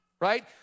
Right